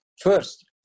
First